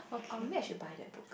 or maybe I should buy that book